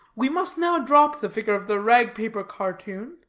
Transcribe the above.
we must now drop the figure of the rag-paper cartoon,